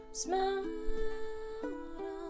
smile